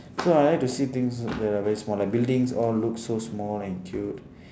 so I like to see things that are very small like buildings all look so small and cute